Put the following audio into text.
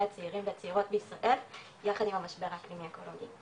הצעירים והצעירות בישראל יחד עם המשבר האקלימי אקולוגי.